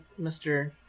Mr